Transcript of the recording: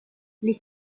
les